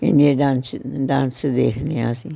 ਨਹੀਂ ਨਹੀਂ ਇਹ ਡਾਂਸ ਡਾਂਸ ਦੇਖਦੇ ਹਾਂ ਅਸੀਂ